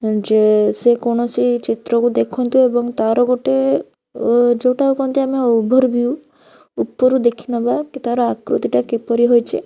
ଯେ ସେ କୌଣସି ଚିତ୍ରକୁ ଦେଖନ୍ତୁ ଏବଂ ତାର ଗୋଟେ ଯେଉଁଟାକୁ କୁହନ୍ତି ଆମେ ଓଭରଭ୍ୟୁ ଉପରୁ ଦେଖିନବା କି ତାର ଆକୃତିଟା କିପରି ହଉଛି